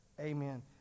amen